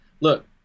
Look